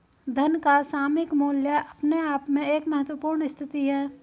धन का सामयिक मूल्य अपने आप में एक महत्वपूर्ण स्थिति है